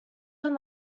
from